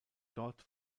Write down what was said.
dort